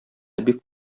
бик